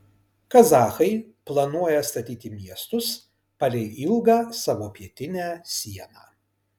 kazachai planuoja statyti miestus palei ilgą savo pietinę sieną